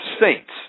saints